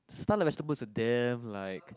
stun like vegetable is the damn like